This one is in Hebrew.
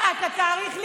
אבל מה זה שייך אלייך?